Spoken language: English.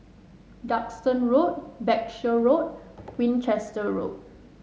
Duxton Road Berkshire Road Winchester Road